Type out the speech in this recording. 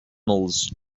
mills